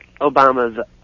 Obama's